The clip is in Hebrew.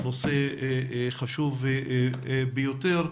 נושא חשוב ביותר,